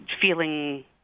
feeling